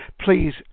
please